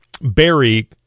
Barry